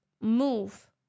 Move